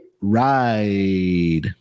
ride